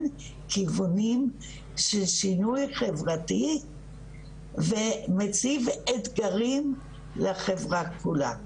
כיוונים של שינוי חברתי ומציב אתגרים לחברה כולה.